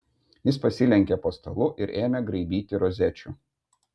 jis pasilenkė po stalu ir ėmė graibyti rozečių